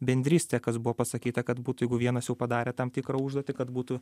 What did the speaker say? bendrystė kas buvo pasakyta kad būtų jeigu vienas jau padarė tam tikrą užduotį kad būtų